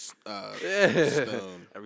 stone